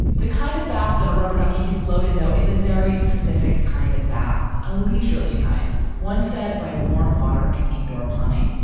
the kind of bath that a rubber ducky can float in, though, is a very specific kind of bath, a leisurely kind one fed by warm water and indoor plumbing.